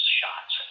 shots